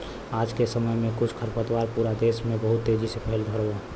आज के समय में कुछ खरपतवार पूरा देस में बहुत तेजी से फइलत हउवन